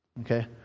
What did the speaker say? Okay